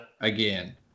Again